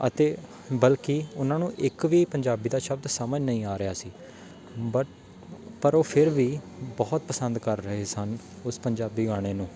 ਅਤੇ ਬਲਕਿ ਉਹਨਾਂ ਨੂੰ ਇੱਕ ਵੀ ਪੰਜਾਬੀ ਦਾ ਸ਼ਬਦ ਸਮਝ ਨਹੀਂ ਆ ਰਿਹਾ ਸੀ ਬਟ ਪਰ ਉਹ ਫਿਰ ਵੀ ਬਹੁਤ ਪਸੰਦ ਕਰ ਰਹੇ ਸਨ ਉਸ ਪੰਜਾਬੀ ਗਾਣੇ ਨੂੰ